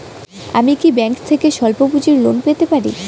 আমি কি ব্যাংক থেকে স্বল্প পুঁজির লোন পেতে পারি?